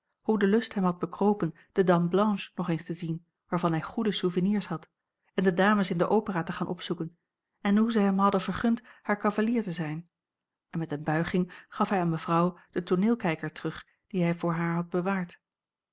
hoe de lust hem had bekropen de dame blanche nog eens te zien waarvan hij goede souvenirs had en de dames in de opera te gaan opzoeken en hoe zij hem hadden vergund haar cavalier te zijn en met eene buiging gaf hij aan mevrouw den tooneelkijker terug dien hij voor haar had bewaard